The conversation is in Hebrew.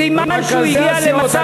סימן שהוא הגיע למצב חירום,